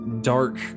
dark